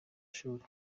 shuri